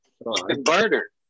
Barter